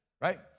right